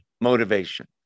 motivation